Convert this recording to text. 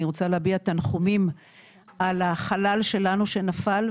אני רוצה להביע תנחומים על החלל שלנו שנפל,